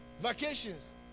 Vacations